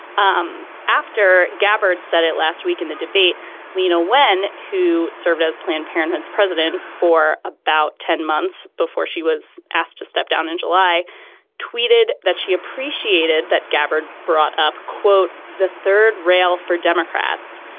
um after gabbard said it last week in the debate leana wen who served as planned parenthood's president for about ten months before she was asked to step down in july tweeted that she appreciated that gathered brought up quote the third rail for democrats.